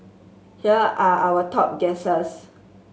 here are our top guesses